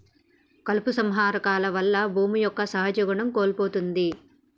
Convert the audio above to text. కలుపు సంహార కాలువల్ల భూమి యొక్క సహజ గుణం కోల్పోతుంది